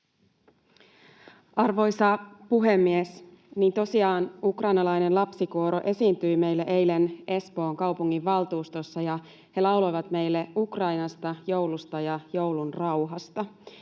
Arvoisa puhemies! Niin, tosiaan ukrainalainen lapsikuoro esiintyi meille eilen Espoon kaupunginvaltuustossa. He lauloivat meille Ukrainasta, joulusta ja joulun rauhasta